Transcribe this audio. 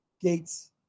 Gates